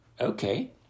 Okay